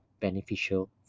beneficial